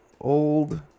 Old